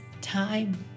time